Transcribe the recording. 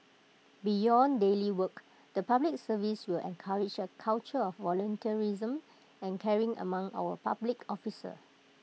beyond daily work the Public Service will encourage A culture of volunteerism and caring among our public officers